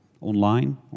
Online